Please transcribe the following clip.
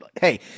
Hey